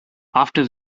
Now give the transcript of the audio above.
after